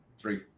three